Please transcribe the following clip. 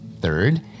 Third